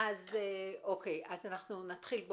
אז נתחיל.